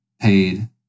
paid